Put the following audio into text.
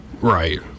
Right